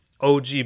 og